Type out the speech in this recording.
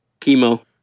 Chemo